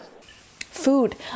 Food